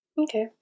Okay